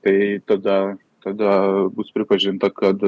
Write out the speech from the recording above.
tai tada tada bus pripažinta kad